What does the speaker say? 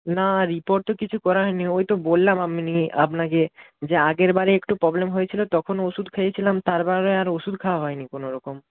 না রিপোর্ট তো কিছু করা হয়নি ওই তো বললাম আপনি আপনাকে যে আগেরবারে একটু প্রবলেম হয়েছিল তখন ওষুধ খেয়েছিলাম তার আর ওষুধ খাওয়া হয়নি কোনোরকম